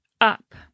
up